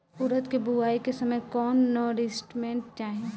उरद के बुआई के समय कौन नौरिश्मेंट चाही?